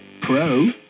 pro